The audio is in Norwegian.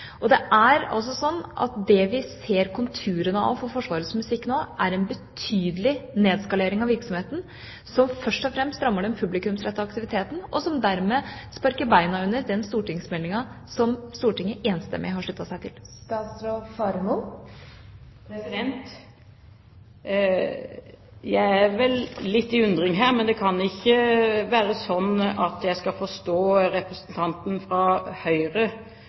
Det er altså slik at det vi ser konturene av for Forsvarets musikk nå, er en betydelig nedeskalering av virksomheten som først og fremst rammer den publikumsrettede aktiviteten, og som dermed sparker bena under den stortingsmeldinga som Stortinget enstemmig har sluttet seg til. Jeg er vel litt i undring her, men det kan vel ikke være slik at jeg skal forstå representanten fra Høyre